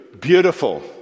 beautiful